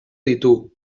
ditu